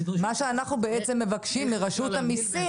מה שאנחנו בעצם מבקשים מרשות המיסים,